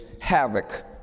havoc